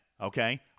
Okay